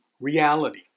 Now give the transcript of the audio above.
reality